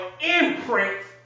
imprint